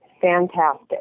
Fantastic